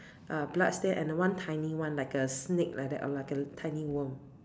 uh blood stain and a one tiny one like a snake like that or like a tiny worm